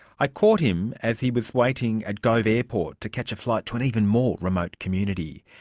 i caught him as he was waiting at gove airport to catch a flight to an even more remote community.